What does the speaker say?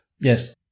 Yes